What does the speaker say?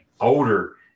older